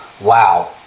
wow